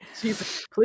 Please